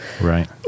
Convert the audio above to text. Right